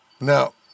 No